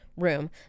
room